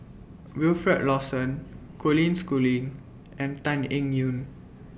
Wilfed Lawson Colin Schooling and Tan Eng Yoon